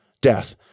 death